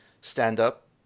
stand-up